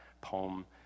poem